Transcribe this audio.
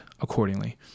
accordingly